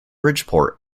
bridgeport